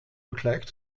vergleich